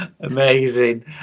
Amazing